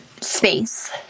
SPACE